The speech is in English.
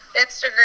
Instagram